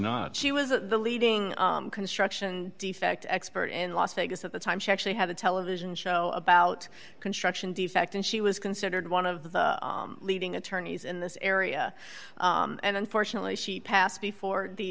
not she was the leading construction defect expert in las vegas at the time she actually have a television show about construction defect and she was considered one of the leading attorneys in this area and unfortunately she passed before the